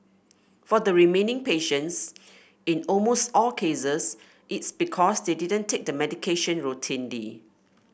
for the remaining patients in almost all cases it is because they didn't take the medication routinely